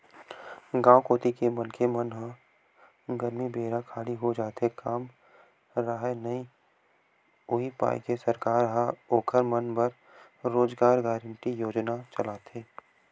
गाँव कोती के मनखे मन ह गरमी बेरा खाली हो जाथे काम राहय नइ उहीं पाय के सरकार ह ओखर मन बर रोजगार गांरटी योजना चलाथे